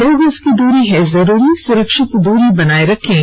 दो गज की दूरी है जरूरी सुरक्षित दूरी बनाए रखें